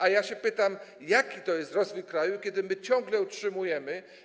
A ja się pytam: Jaki to jest rozwój kraju, kiedy my ciągle utrzymujemy.